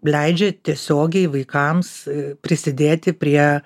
leidžia tiesiogiai vaikams prisidėti prie